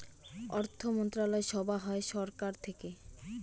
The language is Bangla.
অর্থমন্ত্রণালয় সভা হয় সরকার থেকে